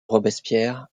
robespierre